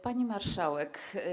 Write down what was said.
Pani Marszałek!